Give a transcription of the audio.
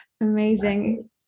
Amazing